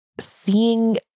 seeing